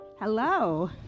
Hello